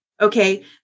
Okay